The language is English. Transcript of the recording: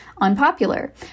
unpopular